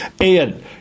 ian